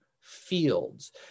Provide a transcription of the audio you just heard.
fields